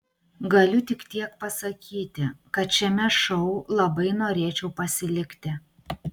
galiu tik tiek pasakyti kad šiame šou labai norėčiau pasilikti